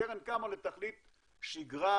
הקרן קמה לתכלית שגרה,